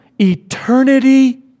eternity